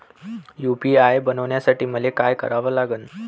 UPI बनवासाठी मले काय करा लागन?